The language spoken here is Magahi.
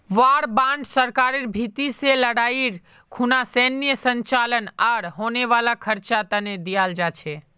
वॉर बांड सरकारेर भीति से लडाईर खुना सैनेय संचालन आर होने वाला खर्चा तने दियाल जा छे